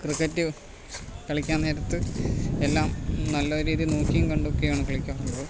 cricket കളിക്കാൻ നേരത്ത് എല്ലാം നല്ല രീതിയി നോക്കിയും കണ്ടോക്കെയാണ് കളിക്കാറുള്ളത്